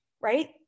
Right